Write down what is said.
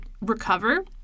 recover